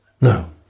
No